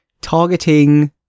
Targeting